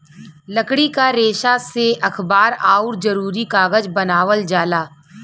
लकड़ी क रेसा से अखबार आउर जरूरी कागज बनावल जाला